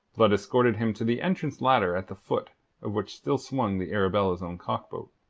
blood escorted him to the entrance ladder at the foot of which still swung the arabella's own cock-boat.